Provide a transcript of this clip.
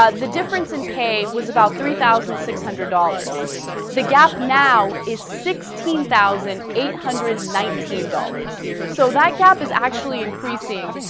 ah the difference in pay was about three thousand six hundred dollars the gap now is sixteen thousand eight hundred nineteen dollars so that gap is actually increasing